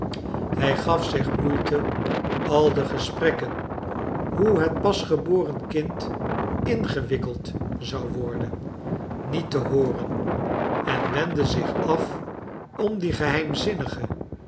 hij gaf zich moeite al de gesprekken hoe het pasgeboren kind ingewikkeld zou worden niet te hooren en wendde zich af om die geheimzinnige